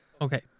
Okay